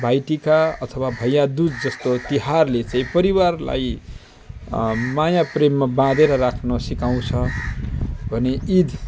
भाइटिका अथवा भैया दुज जस्तो तिहारले चाहिँ परिवारलाई माया प्रेममा बाँधेर राख्न सिकाउँछ भने इद